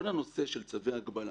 כל נושא צווי ההגבלה